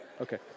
Okay